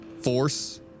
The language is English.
Force